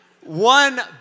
One